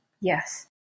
Yes